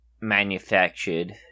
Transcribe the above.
manufactured